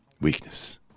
weakness